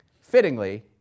Fittingly